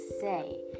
say